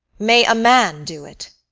may a man do it?